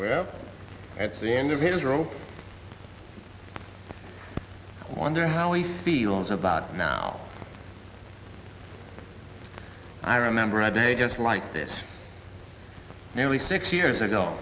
yeah it's the end of his rope wonder how he feels about now i remember a day just like this nearly six years ago